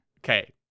Okay